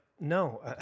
no